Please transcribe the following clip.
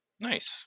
Nice